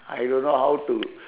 I don't know how to